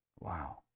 Wow